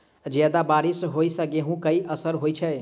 जियादा बारिश होइ सऽ गेंहूँ केँ असर होइ छै?